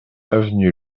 avenue